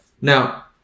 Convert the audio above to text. now